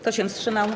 Kto się wstrzymał?